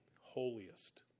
holiest